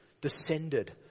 descended